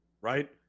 right